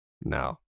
No